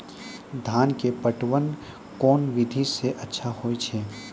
धान के पटवन कोन विधि सै अच्छा होय छै?